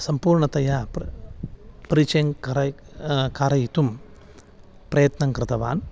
सम्पूर्णतया प्र परिचयं कर कारयितुं प्रयत्नं कृतवान्